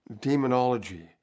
demonology